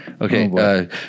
Okay